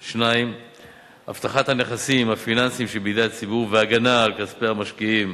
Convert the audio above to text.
2. הבטחת הנכסים הפיננסיים שבידי הציבור והגנה על כספי המשקיעים